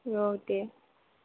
औ दे